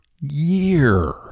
year